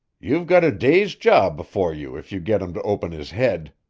you've got a day's job before you if you get him to open his head,